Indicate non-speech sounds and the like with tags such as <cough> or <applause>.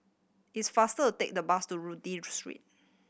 it's faster to take the bus to <unintelligible> Street